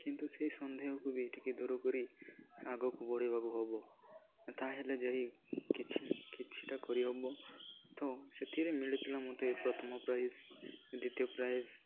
କିନ୍ତୁ ସେଇ ସନ୍ଦେହକୁ ବି ଟିକେ ଦୂର କରି ଆଗକୁ ବଢ଼ିବାକୁ ହବ ତାହେଲେ ଯାଇ କିଛି କିଛିଟା କରିହବ ତ ସେଥିରେ ମିଳିଥିଲା ମୋତେ ପ୍ରଥମ ପ୍ରାଇଜ୍ ଦ୍ୱିତୀୟ ପ୍ରାଇଜ୍